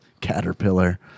caterpillar